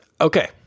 Okay